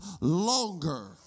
longer